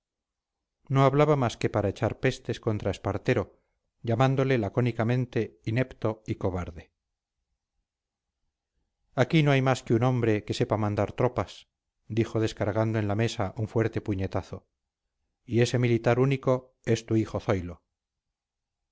no hablaba más que para echar pestes contra espartero llamándole lacónicamente inepto y cobarde aquí no hay más que un hombre que sepa mandar tropas dijo descargando en la mesa un fuerte puñetazo y ese militar único es tu hijo zoilo